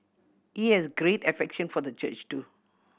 he has great affection for the church too